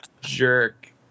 jerk